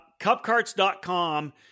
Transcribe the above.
Cupcarts.com